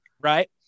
right